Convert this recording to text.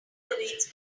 weights